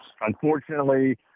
Unfortunately